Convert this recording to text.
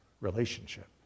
relationship